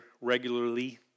regularly